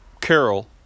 carol